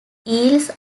eels